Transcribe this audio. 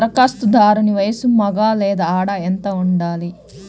ధరఖాస్తుదారుని వయస్సు మగ లేదా ఆడ ఎంత ఉండాలి?